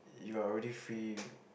you are already free